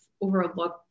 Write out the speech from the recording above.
overlook